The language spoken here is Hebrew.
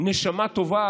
נשמה טובה,